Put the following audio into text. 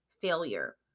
failure